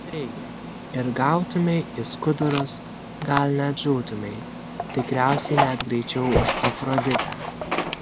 taigi ir gautumei į skudurus gal net žūtumei tikriausiai net greičiau už afroditę